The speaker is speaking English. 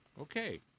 Okay